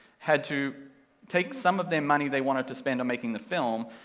had to take some of their money they wanted to spend on making the film,